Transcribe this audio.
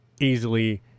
easily